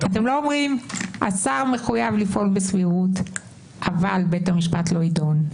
אתם לא אומרים שהשר מחויב לפעול בסבירות אבל בית המשפט לא יידון.